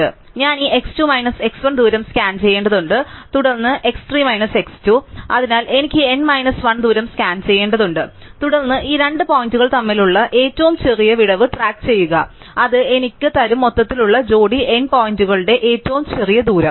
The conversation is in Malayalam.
അതിനാൽ ഞാൻ ഈ x 2 മൈനസ് x 1 ദൂരം സ്കാൻ ചെയ്യേണ്ടതുണ്ട് തുടർന്ന് x 3 മൈനസ് x 2 അതിനാൽ എനിക്ക് ഈ n മൈനസ് 1 ദൂരം സ്കാൻ ചെയ്യേണ്ടതുണ്ട് തുടർന്ന് ഈ രണ്ട് പോയിന്റുകൾ തമ്മിലുള്ള ഏറ്റവും ചെറിയ വിടവ് ട്രാക്ക് ചെയ്യുക അത് എനിക്ക് തരും മൊത്തത്തിലുള്ള ജോഡി n പോയിന്റുകളുടെ ഏറ്റവും ചെറിയ ദൂരം